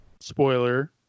spoiler